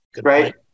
right